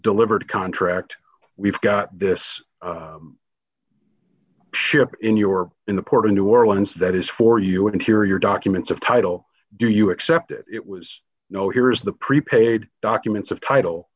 delivered contract we've got this ship in your in the port of new orleans that is for you interior documents of title do you accept it it was no here is the prepaid documents of title